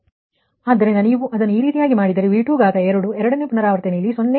ಆದ್ದರಿಂದ ನೀವು ಅದನ್ನು ಆ ರೀತಿಯಾಗಿ ಮಾಡಿದರೆ V22 ಎರಡನೇ ಪುನರಾವರ್ತನೆಯಲ್ಲಿ 0